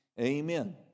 Amen